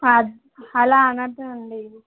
ఆద్ అలా అనద్దు అండి ఇది